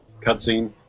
cutscene